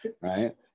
right